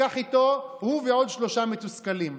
לקח איתו, הוא ועוד שלושה מתוסכלים.